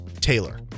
Taylor